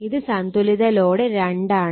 ഇത് സന്തുലിത ലോഡ് 2 ആണ്